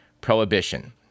Prohibition